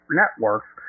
networks